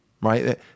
Right